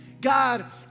God